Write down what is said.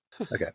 Okay